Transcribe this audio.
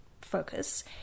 focus